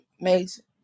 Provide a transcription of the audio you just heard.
amazing